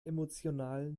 emotional